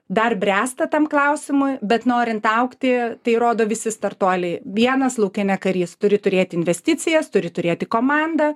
dar bręsta tam klausimui bet norint augti tai rodo visi startuoliai vienas lauke ne karys turi turėt investicijas turi turėti komandą